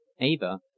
Ava